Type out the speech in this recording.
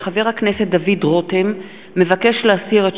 כי חבר הכנסת דוד רותם מבקש להסיר את